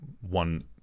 one